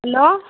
hello